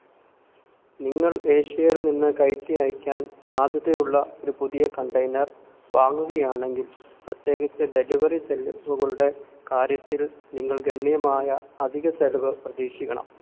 നിങ്ങൾ ഏഷ്യയിൽ നിന്ന് കയറ്റി അയയ്ക്കാൻ സാധ്യതയുള്ള ഒരു പുതിയ കണ്ടെയ്നർ വാങ്ങുകയാണെങ്കിൽ പ്രത്യേകിച്ച് ഡെലിവറി ചിലവുകളുടെ കാര്യത്തിൽ നിങ്ങൾ ഗണ്യമായ അധിക ചിലവ് പ്രതീക്ഷിക്കണം